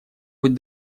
быть